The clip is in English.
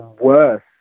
worse